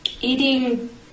eating